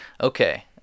Okay